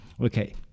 Okay